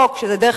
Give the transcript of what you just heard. פה, כשזה דרך